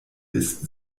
ist